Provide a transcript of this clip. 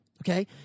Okay